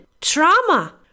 trauma